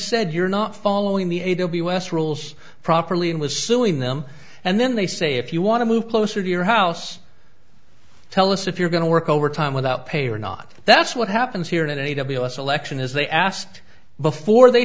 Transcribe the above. said you're not following the a w l s rules properly and was suing them and then they say if you want to move closer to your house tell us if you're going to work overtime without pay or not that's what happens here and i need to be less election is they asked before they